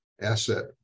asset